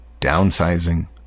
downsizing